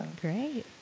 Great